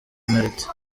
penaliti